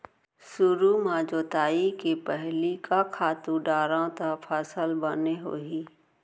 सुरु म जोताई के पहिली का खातू डारव त फसल बने होही?